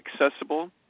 accessible